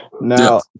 Now